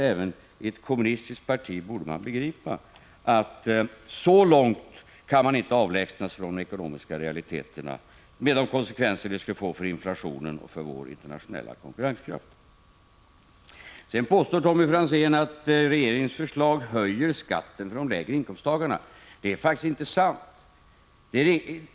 Även i ett kommunistiskt parti borde man begripa att man inte kan avlägsna sig så långt från de ekonomiska realiteterna, med de konsekvenser det skulle innebära för inflationen och för vår internationella konkurrenskraft. Tommy Franzén påstår att regeringens förslag höjer skatten för de lägre inkomsttagarna. Det är faktiskt inte sant.